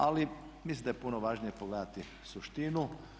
Ali mislim da je puno važnije pogledati suštinu.